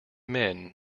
men